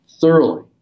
thoroughly